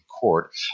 court